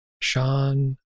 Sean